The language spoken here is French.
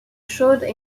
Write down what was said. chaudes